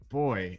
boy